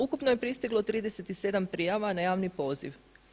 Ukupno je pristiglo 37 prijava na javni poziv.